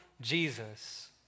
Jesus